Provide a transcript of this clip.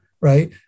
Right